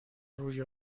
روی